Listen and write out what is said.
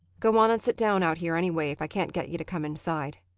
go on and sit down out here, anyway, if i can't get you to come inside.